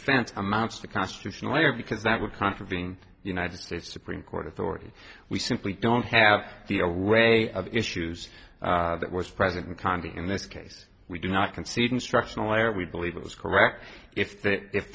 offense amounts to constitutional lawyer because that would contravene united states supreme court authority we simply don't have the way of issues that was present in condi in this case we do not concede instructional or we believe it was correct if